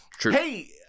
Hey